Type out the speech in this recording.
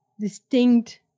distinct